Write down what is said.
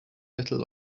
little